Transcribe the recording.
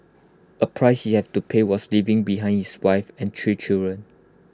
A price he have to pay was leaving behind his wife and three children